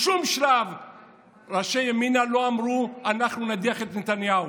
בשום שלב ראשי ימינה לא אמרו: אנחנו נדיח את נתניהו.